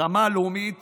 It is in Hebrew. ברמה הלאומית